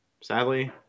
sadly